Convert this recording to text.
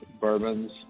bourbons